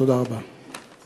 תודה רבה.